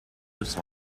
his